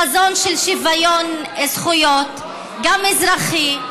חזון של שוויון זכויות, גם אזרחי,